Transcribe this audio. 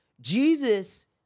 Jesus